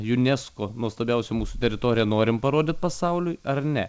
unesco nuostabiausią mūsų teritoriją norim parodyt pasauliui ar ne